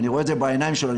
ואני רואה את זה בעיניים שלו,